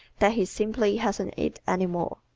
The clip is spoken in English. that he simply hasn't it any more.